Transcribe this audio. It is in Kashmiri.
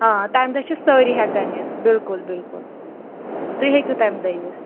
آ تَمہِ دۄہ چھِ سٲری ہٮ۪کَن یِتھ بِلکُل بِلکُل تُہۍ ہیٚکِو تَمہِ دۄہ یِتھ